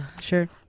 Sure